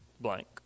blank